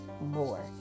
more